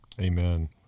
Amen